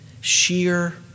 sheer